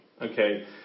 okay